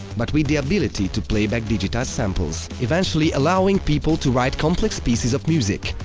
but with the ability to play back digitized samples, eventually allowing people to write complex pieces of music.